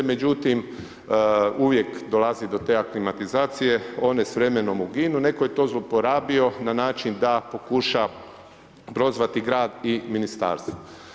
Međutim, uvijek dolazi do te aklimatizacije, one s vremenom uginu, netko je to zlouporabio na način da pokuša prozvati grad i ministarstvo.